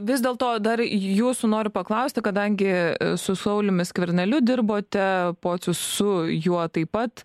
vis dėlto dar jūsų noriu paklausti kadangi su sauliumi skverneliu dirbote pocius su juo taip pat